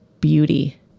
beauty